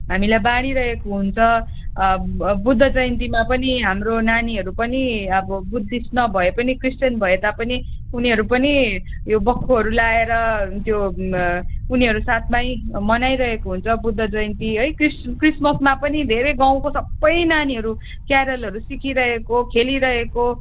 हामीलाई बाँडिरहेको हुन्छ बुद्धजयन्तीमा पनि हाम्रो नानीहरू पनि अब बुद्धिस्ट नभए पनि क्रिस्चियन भए तापनि उनीहरू पनि यो बख्खुहरू लगाएर त्यो उनीहरू साथमै मनाइरहेको हुन्छ बुद्धजयन्ती है क्रिस क्रिस्मसमा पनि धेरै गाउँको सबै नानीहरू केरोलहरू सिकिरहेको खेलिरहेको